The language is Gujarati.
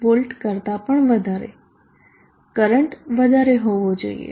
6V કરતા પણ વધારે કરંટ વધારે હોવો જોઈએ